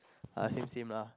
ah same same lah